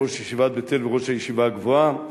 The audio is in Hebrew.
ראש ישיבת בית-אל וראש הישיבה הגבוהה,